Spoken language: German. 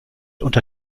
unter